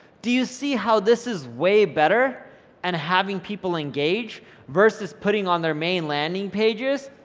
do you see how this is way better and having people engage versus putting on their main landing pages,